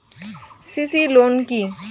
CC loan কি?